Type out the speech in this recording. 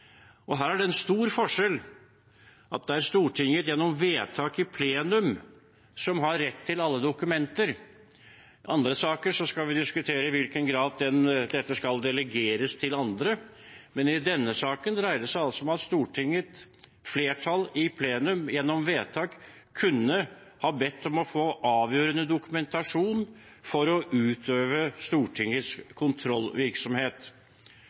Her er det en stor forskjell at det er Stortinget gjennom vedtak i plenum som har rett til alle dokumenter. I andre saker skal vi diskutere i hvilken grad dette skal delegeres til andre, men i denne saken dreier det seg altså om at Stortingets flertall i plenum gjennom vedtak kunne ha bedt om å få avgjørende dokumentasjon for å utøve